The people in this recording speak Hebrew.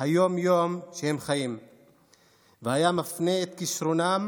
היום-יום שהם חווים והיה מפנה את כישרונם